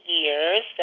years